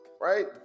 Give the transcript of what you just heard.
right